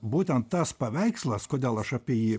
būtent tas paveikslas kodėl aš apie jį